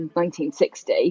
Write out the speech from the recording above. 1960